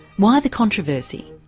why the controversy?